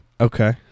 Okay